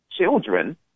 children